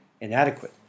inadequate